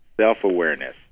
self-awareness